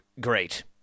great